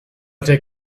take